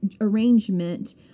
arrangement